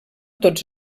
tots